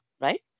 Right